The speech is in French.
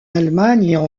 allemagne